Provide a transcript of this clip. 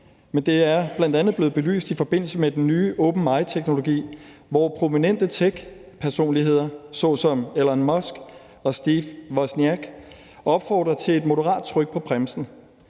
men det er bl.a. blevet belyst i forbindelse med den nye OpenAI-teknologi, hvor prominente techpersonligheder såsom Elon Musk og Steve Wozniak opfordrer til et moderat tryk på bremsen,